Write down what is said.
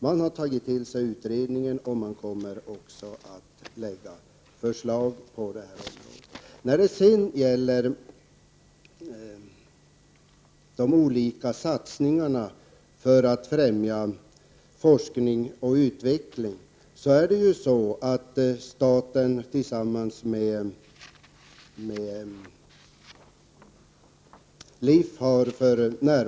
Man har tagit fasta på utredningen och kommer att lägga fram förslag i detta sammanhang. Staten och LIF satsar 600 000 kr.